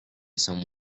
some